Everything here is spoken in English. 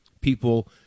people